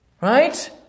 Right